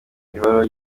baruwa